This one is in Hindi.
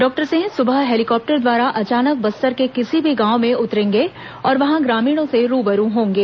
डॉक्टर सिंह सुबह हेलीकाप्टर द्वारा अचानक बस्तर के किसी भी गांव में उतरेंगे और वहां ग्रामीणों से रूबरू होंगे